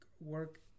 Work